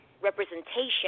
representation